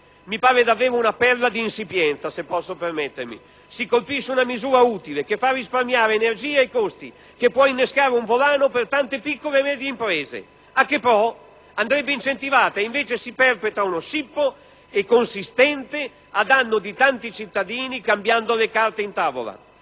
Mi pare davvero una perla di insipienza, se posso permettermi; si colpisce una misura utile, che fa risparmiare energia e costi, che può innescare un volano per tante piccole e medie imprese: a che pro? Andrebbe incentivata e invece si perpetra uno scippo e consistente a danno di tanti cittadini, cambiando le carte in tavola.